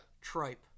Tripe